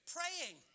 Praying